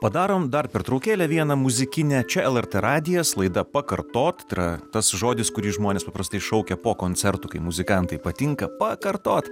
padarom dar pertraukėlę vieną muzikinę čia lrt radijas laida pakartot tai yra tas žodis kurį žmonės paprastai šaukia po koncertų kai muzikantai patinka pakartot